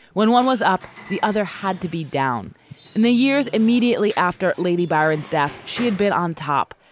when one was up, the other had to be down in the years immediately after lady byron's death. she had been on top,